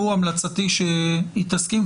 בקשתי היא שהיא תסכים.